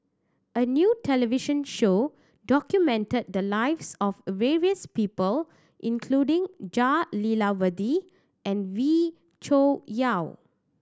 a new television show documented the lives of various people including Jah Lelawati and Wee Cho Yaw